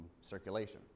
circulation